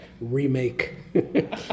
remake